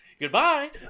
Goodbye